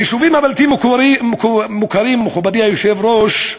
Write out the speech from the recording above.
ביישובים הבלתי-מוכרים, מכובדי היושב-ראש,